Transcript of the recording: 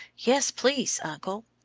yes, please, uncle.